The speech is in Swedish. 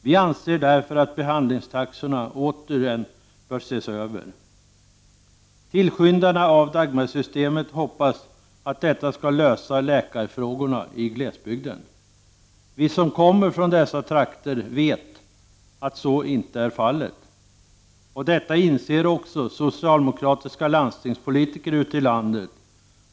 Jag anser därför att behandlingstaxorna återigen bör ses över. Tillskyndarna av Dagmarsystemet hoppas att detta skall lösa läkarfrågorna i glesbygden. Vi som kommer från de trakterna vet att så inte är fallet. Detta inser också socialdemokratiska landstingspolitiker ute i landet.